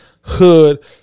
hood